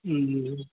جی